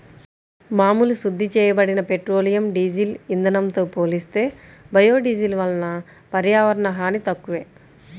మామూలు శుద్ధి చేయబడిన పెట్రోలియం, డీజిల్ ఇంధనంతో పోలిస్తే బయోడీజిల్ వలన పర్యావరణ హాని తక్కువే